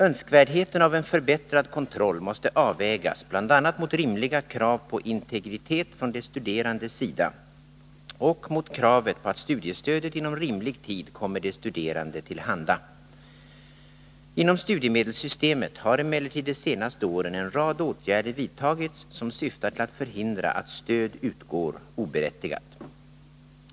Önskvärdheten av en förbättrad kontroll måste avvägas bl.a. mot rimliga krav på integritet från de studerandes sida och mot kravet på att studiestödet inom rimlig tid kommer de studerande till handa. Inom studiemedelssystemet har emellertid de senaste åren en rad åtgärder vidtagits som syftar till att förhindra att stöd utgår oberättigat.